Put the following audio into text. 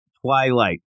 Twilight